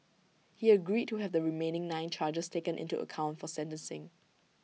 he agreed to have the remaining nine charges taken into account for sentencing